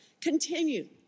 continue